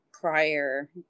prior